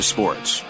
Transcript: Sports